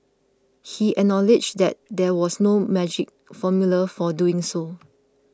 he acknowledged that there was no magic formula for doing so